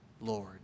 Lord